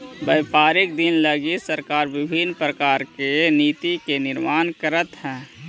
व्यापारिक दिन लगी सरकार विभिन्न प्रकार के नीति के निर्माण करीत हई